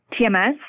TMS